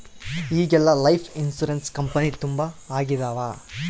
ಈಗೆಲ್ಲಾ life insurance company ತುಂಬಾ ಆಗಿದವ